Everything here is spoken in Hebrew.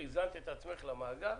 הזנת את עצמך במאגר.